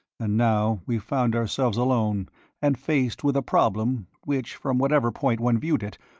and now we found ourselves alone and faced with a problem which, from whatever point one viewed it,